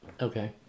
Okay